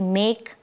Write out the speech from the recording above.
make